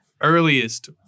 earliest